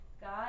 God